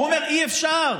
הוא אומר: אי-אפשר,